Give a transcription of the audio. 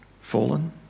fallen